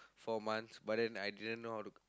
four months but then I didn't know how to